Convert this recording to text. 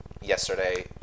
yesterday